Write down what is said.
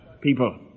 people